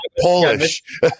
Polish